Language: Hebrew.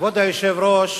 כבוד היושב-ראש,